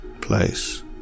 place